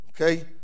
Okay